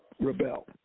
rebel